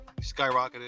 skyrocketed